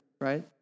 right